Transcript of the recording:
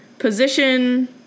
Position